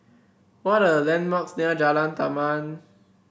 what are the landmarks near Jalan Taman